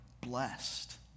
blessed